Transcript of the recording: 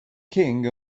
king